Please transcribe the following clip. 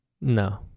No